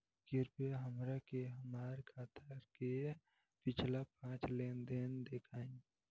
कृपया हमरा के हमार खाता के पिछला पांच लेनदेन देखाईं